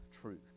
truth